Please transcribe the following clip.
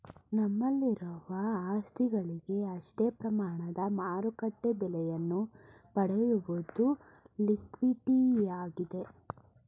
ನಮ್ಮಲ್ಲಿರುವ ಆಸ್ತಿಗಳಿಗೆ ಅಷ್ಟೇ ಪ್ರಮಾಣದ ಮಾರುಕಟ್ಟೆ ಬೆಲೆಯನ್ನು ಪಡೆಯುವುದು ಲಿಕ್ವಿಡಿಟಿಯಾಗಿದೆ